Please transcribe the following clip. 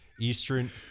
Eastern